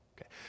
okay